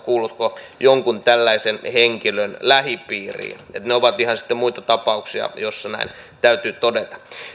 kuulutko jonkun tällaisen henkilön lähipiiriin ne ovat sitten ihan muita tapauksia joissa näin täytyy todeta